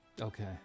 Okay